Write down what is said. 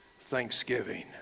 thanksgiving